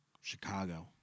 Chicago